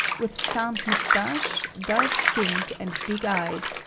with scant mustache, dark-skinned and big-eyed,